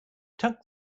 tuck